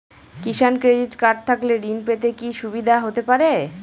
কিষান credit card থাকলে ঋণ পেতে কি কি সুবিধা হতে পারে?